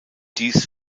dies